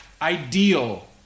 ideal